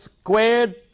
squared